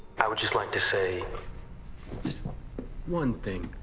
i would just like to say just one thing.